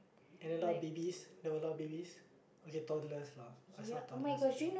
and a lot of babies they allow babies ok toddlers lah I saw toddlers and